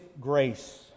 grace